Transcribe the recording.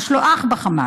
יש לו אח בחמאס.